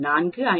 4 502